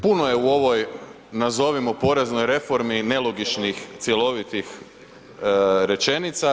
Puno je u ovoj nazovimo poreznoj reformi nelogičnih cjelovitih rečenica.